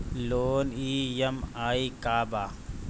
Loan EMI का बा?